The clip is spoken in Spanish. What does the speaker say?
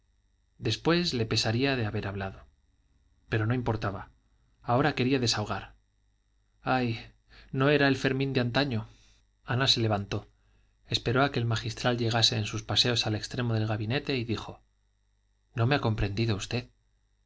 después le pesaría de haber hablado pero no importaba ahora quería desahogar ay no era el fermín de antaño ana se levantó esperó a que el magistral llegase en sus paseos al extremo del gabinete y dijo no me ha comprendido usted